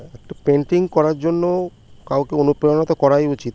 একটা পেন্টিং করার জন্য কাউকে অনুপ্রাণিত করাই উচিত